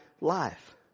life